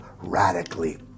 radically